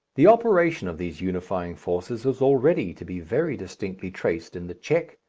the operation of these unifying forces is already to be very distinctly traced in the check,